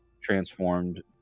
transformed